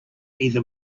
either